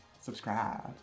subscribe